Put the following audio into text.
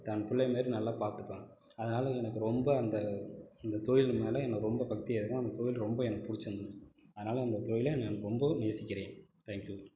தன் பிள்ளை மாதிரி நல்லா பார்த்துப்பேன் அதனால் எனக்கு ரொம்ப அந்த இந்த தொழிலு மேலே நான் ரொம்ப பக்தி ஆகிருவேன் அந்த தொழில் எனக்கு ரொம்ப பிடிச்சிருந்துது அதனால் அந்த தொழிலை நான் ரொம்ப நேசிக்கிறேன் தேங்க் யூ